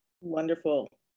Wonderful